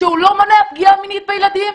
שהוא לא מונע פגיעה מינית בילדים?